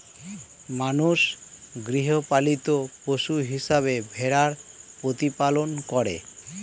মানুষ গৃহপালিত পশু হিসেবে ভেড়ার প্রতিপালন করে